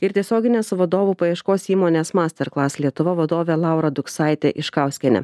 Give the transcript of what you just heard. ir tiesioginės vadovų paieškos įmonės masterklas lietuva vadovė laura duksaitė iškauskienė